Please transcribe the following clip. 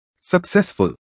Successful